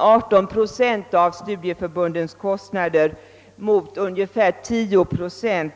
18 procent av studieförbundens kostnader men numera endast ungefär 10 procent.